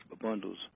bundles